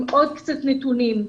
עוד קצת נתונים.